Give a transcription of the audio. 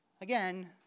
Again